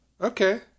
Okay